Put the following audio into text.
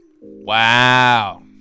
wow